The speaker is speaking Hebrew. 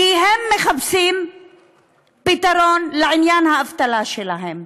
כי הם מחפשים פתרון לעניין האבטלה שלהם.